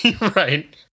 Right